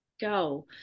go